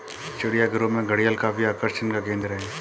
चिड़ियाघरों में घड़ियाल काफी आकर्षण का केंद्र है